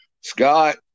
Scott